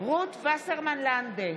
רות וסרמן לנדה,